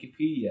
Wikipedia